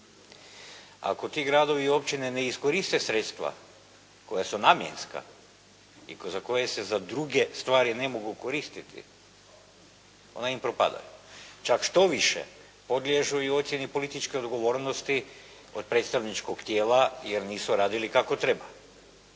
Ako ti gradovi i općine ne iskoriste sredstva koja su namjenska i za koje se za druge stvari ne mogu koristiti, ona im propada. Čak štoviše podliježu i ocijeni političke odgovornosti od predstavničkog tijela jer nisu radili kako treba.